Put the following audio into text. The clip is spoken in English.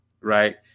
right